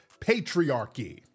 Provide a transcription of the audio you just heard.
patriarchy